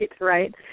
right